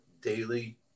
daily